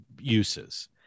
uses